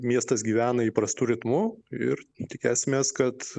miestas gyvena įprastu ritmu ir tikėsimės kad